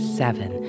seven